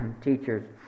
teachers